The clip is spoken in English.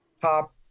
top